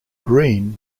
green